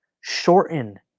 Shorten